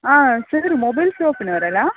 ಹಾಂ sir mobile ಶಾಪಿನೌರು ಅಲ್ಲಾ